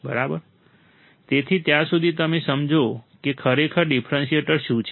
બરાબર તેથી ત્યાં સુધી તમે સમજો કે ખરેખર ડિફરન્શિએટર શું છે